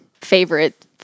favorite